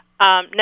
Now